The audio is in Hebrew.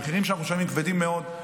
המחירים שאנחנו משלמים כבדים מאוד.